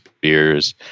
beers